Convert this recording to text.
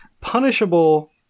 punishable